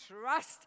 trust